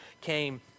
came